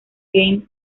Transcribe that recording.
game